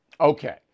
Okay